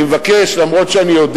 אני מבקש, אף שאני יודע